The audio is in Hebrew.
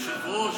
היושב-ראש,